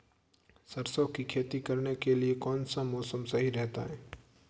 सरसों की खेती करने के लिए कौनसा मौसम सही रहता है?